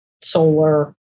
solar